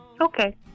Okay